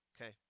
okay